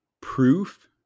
proof